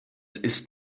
ist